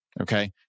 Okay